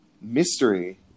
mystery